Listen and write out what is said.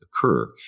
occur